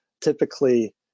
typically